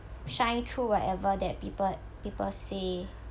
shine through whatever that people people say